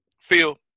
phil